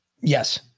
Yes